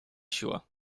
siła